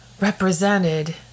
represented